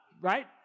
right